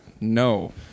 No